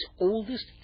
oldest